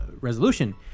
resolution